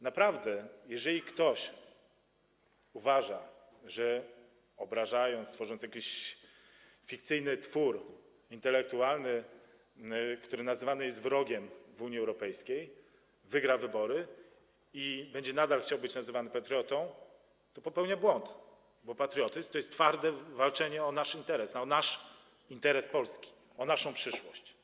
Naprawdę, jeżeli ktoś uważa, że obrażając, tworząc jakiś fikcyjny twór intelektualny, który nazywany jest wrogiem w Unii Europejskiej, wygra wybory i będzie nadal chciał być nazywany patriotą, to popełnia błąd, bo patriotyzm to jest twarde walczenie o nasz interes, o nasz polski interes, o naszą przyszłość.